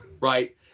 Right